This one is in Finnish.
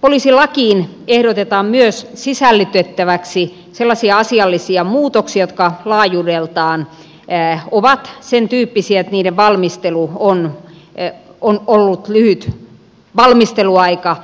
poliisilakiin ehdotetaan myös sisällytettäväksi sellaisia asiallisia muutoksia jotka laajuudeltaan ovat sen tyyppisiä että niiden valmistelu on ollut lyhyt valmisteluaika